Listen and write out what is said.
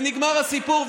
ונגמר הסיפור,